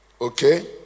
okay